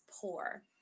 poor